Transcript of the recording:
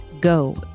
go